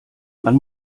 man